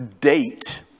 date